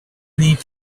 need